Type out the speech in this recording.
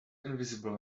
invisible